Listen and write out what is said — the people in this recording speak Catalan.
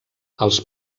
als